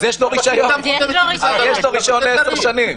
אז יש לו רישיון ל-10 שנים.